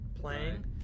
playing